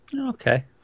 Okay